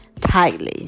tightly